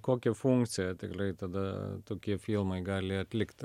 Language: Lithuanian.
kokią funkciją tikliai tada tokie filmai gali atlikti